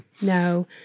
No